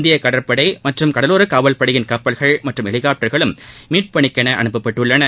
இந்திய கடற்படை மற்றும் கடலோரக்காவல்படை கப்பல்கள் மற்றும் ஹெலிகாப்டர்களும் மீட்புப்பணிக்கென அனுப்பப்பட்டுள்ளன